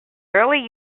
early